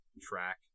track